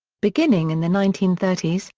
beginning in the nineteen thirty s,